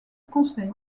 conseil